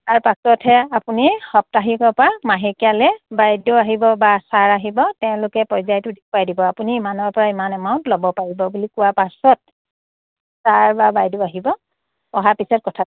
তাৰ পাছতহে আপুনি সাপ্তাহিকৰ পৰা মাহেকীয়ালৈ বাইদেউ আহিব বা ছাৰ আহিব তেওঁলোকে পৰ্য্য়ায়টো দেখুৱাই দিব আপুনি ইমানৰ পৰা ইমান এমাউণ্ট ল'ব পাৰিব বুলি কোৱাৰ পাছত ছাৰ বা বাইদেউ আহিব অহাৰ পিছত কথা